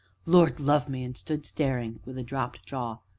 lord love me! and stood staring, with dropped jaw.